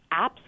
apps